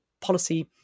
policy